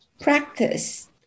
practice